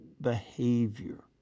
behavior